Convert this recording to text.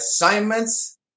assignments